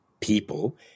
people